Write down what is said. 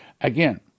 Again